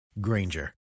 Granger